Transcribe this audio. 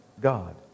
God